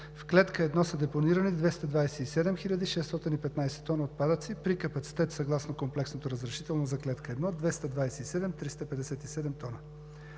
в Клетка 1 са депонирани 227 хил. 615 тона отпадъци при капацитет съгласно комплексното разрешително за Клетка 1 – 227 хил. 357 тона.